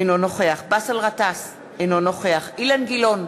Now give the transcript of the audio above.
אינו נוכח באסל גטאס, אינו נוכח אילן גילאון,